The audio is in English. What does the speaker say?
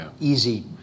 easy